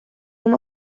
uma